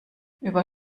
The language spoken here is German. über